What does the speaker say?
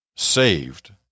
saved